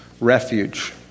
refuge